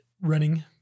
running